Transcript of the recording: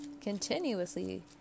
continuously